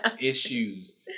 Issues